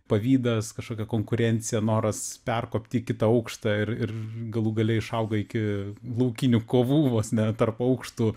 pavydas kažkokia konkurencija noras perkopti į kitą aukštą ir ir galų gale išauga iki laukinių kovų vos ne tarp aukštų